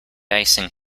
icing